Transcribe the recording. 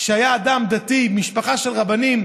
שהיה אדם דתי ממשפחה של רבנים,